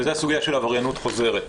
וזה הסוגיה של עבריינות חוזרת.